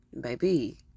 baby